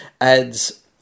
adds